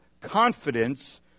confidence